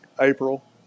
April